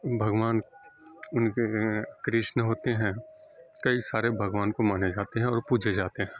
بھگوان ان کے کرشن ہوتے ہیں کئی سارے بھگوان کو مانے جاتے ہیں اور پوجے جاتے ہیں